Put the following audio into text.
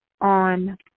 on